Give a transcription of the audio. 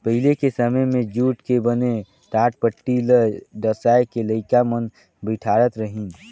पहिली के समें मे जूट के बने टाटपटटी ल डसाए के लइका मन बइठारत रहिन